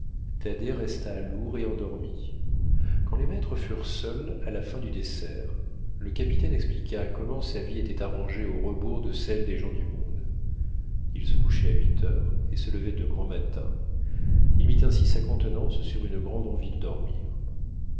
thaddée resta lourd et endormi quand les maîtres furent seuls à la fin du dessert le capitaine expliqua comment sa vie était arrangée au rebours de celle des gens du monde il se couchait à huit heures et se levait de grand matin il mit ainsi sa contenance sur une grande envie de dormir